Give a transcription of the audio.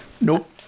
Nope